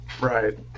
Right